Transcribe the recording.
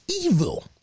evil